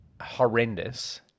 horrendous